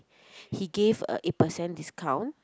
he gave a eight percent discount